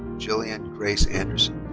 jillian grace anderson.